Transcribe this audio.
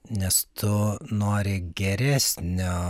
nes tu nori geresnio